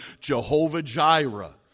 Jehovah-Jireh